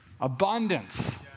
Abundance